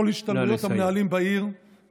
כל השתלמויות המנהלים בעיר, נא לסיים.